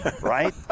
right